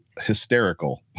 hysterical